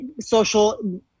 social